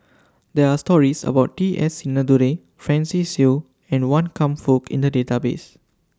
There Are stories about T S Sinnathuray Francis Seow and Wan Kam Fook in The Database